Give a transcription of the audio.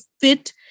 fit